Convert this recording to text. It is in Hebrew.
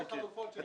זה